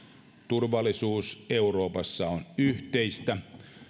turvallisuus euroopassa on yhteistä